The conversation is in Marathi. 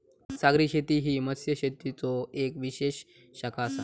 सागरी शेती ही मत्स्यशेतीचो येक विशेष शाखा आसा